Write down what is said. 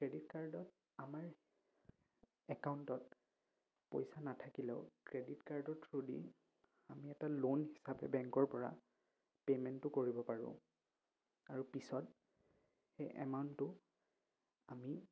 credit কাৰ্ডত আমাৰ একাউণ্টত পইচা নাথাকিলেও ক্ৰেডিট কাৰ্ডৰ থ্ৰু দি আমি এটা লোন হিচাপে বেংকৰ পৰা পে'মেণ্টটো কৰিব পাৰোঁ আৰু পিছত সেই এমাউণ্টটো আমি